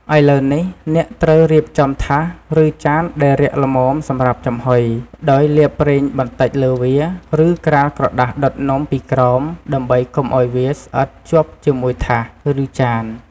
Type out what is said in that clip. ឥឡូវនេះ អ្នកត្រូវរៀបចំថាស ឬចានដែលរាក់ល្មមសម្រាប់ចំហុយ ដោយលាបប្រេងបន្តិចលើវា ឬក្រាលក្រដាសដុតនំពីក្រោម ដើម្បីកុំឱ្យវាស្អិតជាប់ជាមួយថាស ឬ ចាន។